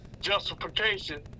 justification